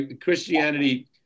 Christianity